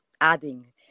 adding